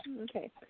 Okay